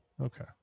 Okay